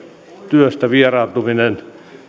työstä vieraantuminen